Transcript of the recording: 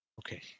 Okay